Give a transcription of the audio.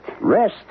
Rest